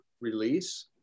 release